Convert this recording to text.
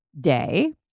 day